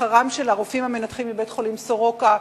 שכרם של הרופאים המנתחים בבית-החולים "סורוקה",